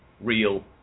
real